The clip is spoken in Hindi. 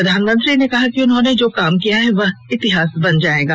प्रधानमंत्री ने कहा कि उन्होंने जो काम किया है वह इतिहास बन जाएगा